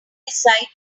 decide